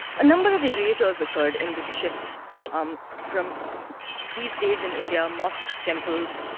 a number of erasures occurred in this shift um from these days in india mosques, temples,